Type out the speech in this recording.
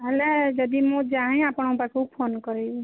ତାହେଲେ ଯଦି ମୁଁ ଯାଏଁ ଆପଣଙ୍କ ପାଖକୁ ଫୋନ୍ କରିବି